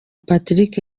patrick